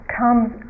comes